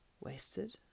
Wasted